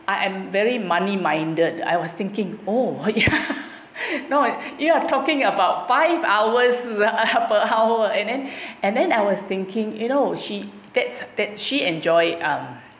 I am very money minded I was thinking oh you night you are talking about five hours per hour ah and then and then I was thinking you know she gets that she enjoy um